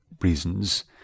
reasons